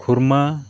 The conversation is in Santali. ᱠᱷᱩᱨᱢᱟ